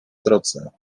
drodze